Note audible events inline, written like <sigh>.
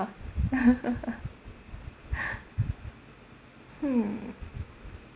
<laughs> <breath> hmm